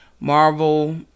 Marvel